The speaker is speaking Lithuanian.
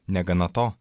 negana to